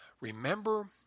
Remember